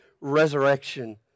resurrection